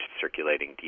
circulating